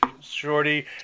shorty